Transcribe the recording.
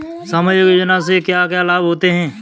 सामाजिक योजना से क्या क्या लाभ होते हैं?